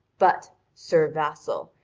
but, sir vassal,